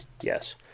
yes